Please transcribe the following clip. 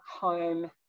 home